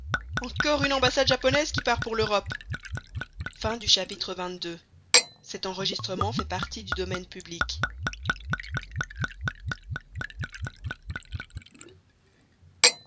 encore une ambassade japonaise qui part pour l'europe xxiii